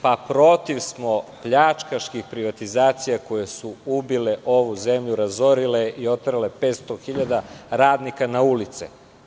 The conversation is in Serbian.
Protiv smo pljačkaških privatizacija koje su ubile ovu zemlju, razorile i oterale 500 hiljada radnika na ulice.